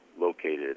located